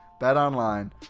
BetOnline